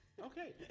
okay